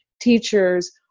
teachers